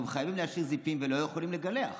והם חייבים להשאיר זיפים ולא יכולים לגלח,